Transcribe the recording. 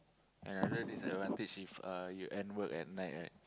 another disadvantage if uh you end work at night right